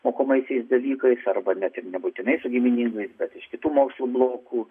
mokomaisiais dalykais arba net ir nebūtinai su giminingais bet iš kitų mokslo blokų